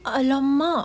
!alamak!